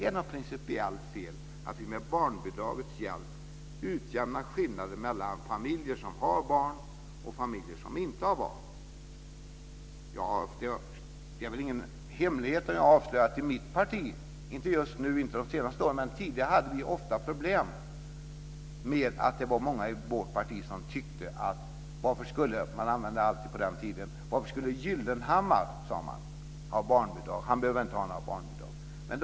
Är det principiellt fel att med barnbidragets hjälp utjämna skillnader mellan familjer som har barn och familjer som inte har barn? I mitt parti hade vi tidigare ofta problem med att det var många som undrade varför Gyllenhammar skulle ha barnbidrag. Han behöver inte barnbidrag, sade man. Man använde alltid Gyllenhammar som exempel på den tiden.